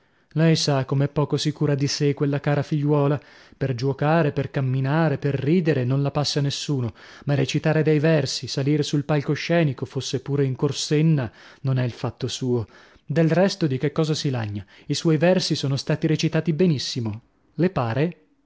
lei sa come è poco sicura di sè quella cara figliuola per giuocare per camminare per ridere non la passa nessuno ma recitare dei versi salire sul palco scenico fosse pure in corsenna non è il fatto suo del resto di che cosa si lagna i suoi versi sono stati recitati benissimo le pare